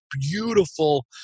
beautiful